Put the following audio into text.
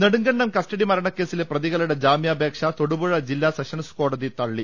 Nedumkandam custody മരണക്കേസിലെ പ്രതികളുടെ ജാമ്യാപേക്ഷ തൊടുപുഴ ജില്ലാ സെഷൻസ് കോടതി തള്ളി